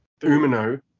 Umino